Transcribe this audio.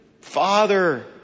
father